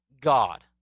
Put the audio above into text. God